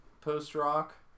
post-rock